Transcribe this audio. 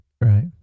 Right